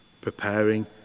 preparing